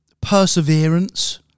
perseverance